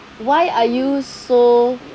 why are you so